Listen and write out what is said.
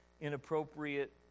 inappropriate